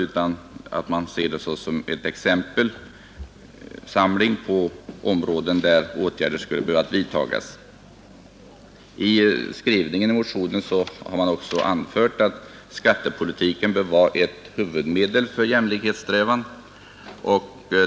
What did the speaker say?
Man får se 27-punkts förteckningen som en exempelsamling över områden där åtgärder skulle behöva vidtas. I motionen anförs också att skattepolitiken bör vara ett huvudmedel för jämlikhetssträvandena.